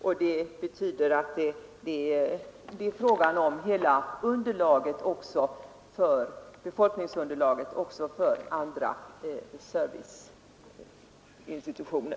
Man måste även ta hänsyn till hela befolkningsunderlaget för andra serviceinstitutioner.